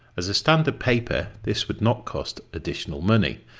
as a standard paper, this would not cost additional money,